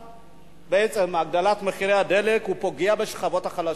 בעצם בהעלאת מחירי הדלק הוא פוגע בשכבות החלשות.